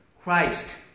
Christ